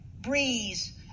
breeze